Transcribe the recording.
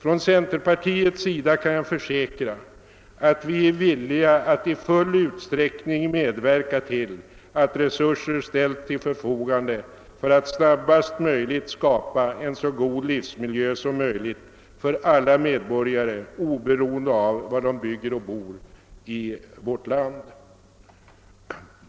Jag kan försäkra att vi från centerpartiets sida är villiga att i full utsträckning medverka till att resurser ställs till förfogande för att snabbast möjligt skapa en så god livsmiljö som möjligt för alla medborgare, oberoende av var de bygger och bor i vårt land.